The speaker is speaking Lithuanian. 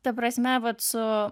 ta prasme vat su